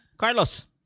Carlos